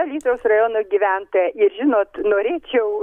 alytaus rajono gyventoja ir žinot norėčiau